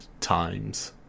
times